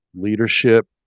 leadership